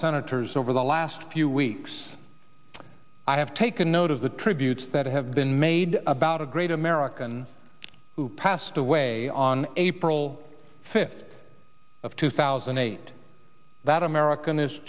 senators over the last few weeks i have taken note of the tributes that have been made about a great american who passed away on april fifth of two thousand and eight that american is